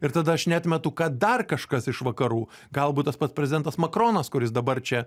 ir tada aš neatmetu kad dar kažkas iš vakarų galbūt tas pats prezidentas makronas kuris dabar čia